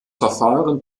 verfahren